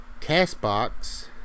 Castbox